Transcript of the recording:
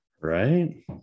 right